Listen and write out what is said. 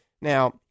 Now